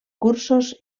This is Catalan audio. cursos